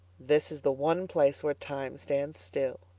this is the one place where time stands still,